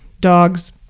dogs